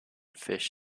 fish